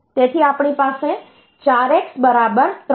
તેથી આપણી પાસે 4x બરાબર 3y છે